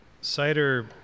cider